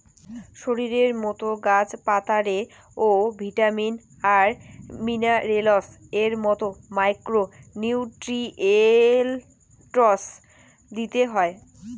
শরীরের মতো গাছ পাতারে ও ভিটামিন আর মিনারেলস এর মতো মাইক্রো নিউট্রিয়েন্টস দিতে হই